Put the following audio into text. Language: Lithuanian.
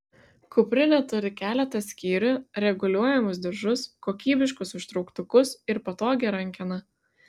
kuprinė turi keletą skyrių reguliuojamus diržus kokybiškus užtrauktukus ir patogią rankeną